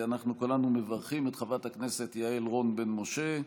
אנחנו כולנו מברכים את חברת הכנסת יעל רון בן משה,